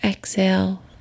exhale